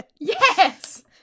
Yes